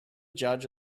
judge